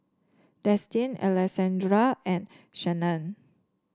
Destin Alessandro and Shannan